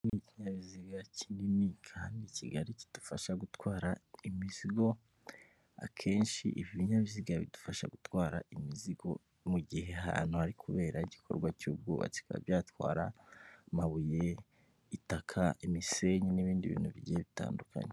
Iki ni ikinyabiziga kinini kandi kigari kidufasha gutwara imizigo, akenshi ibi binyabiziga bidufasha gutwara imizigo mu gihe ahantu hari kubera igikorwa cy'ubwubatsi, biba byatwara amabuye, itaka, imisenyi n'ibindi bintu bigiye bitandukanye.